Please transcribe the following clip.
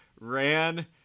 ran